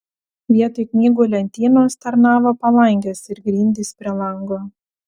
vietoj knygų lentynos tarnavo palangės ir grindys prie lango